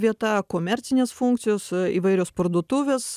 vieta komercinės funkcijos įvairios parduotuvės